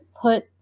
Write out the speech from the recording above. put